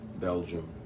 Belgium